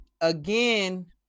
again